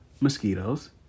mosquitoes